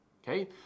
Okay